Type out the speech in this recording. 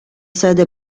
sede